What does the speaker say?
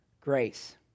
grace